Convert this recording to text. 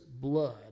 blood